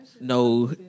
No